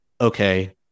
Okay